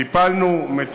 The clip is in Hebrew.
טיפלנו, מטפלים,